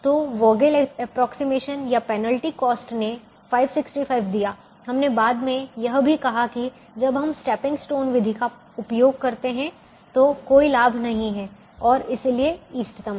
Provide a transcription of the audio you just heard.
तो Vogel approximation Vogel's approximation या penalty cost ने 565 दिया हमने बाद में यह भी कहा जब हम स्टेपिंग स्टोन विधि का उपयोग करते हैं तो कोई लाभ नहीं है और इसलिए इष्टतम है